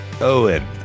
Owen